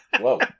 Whoa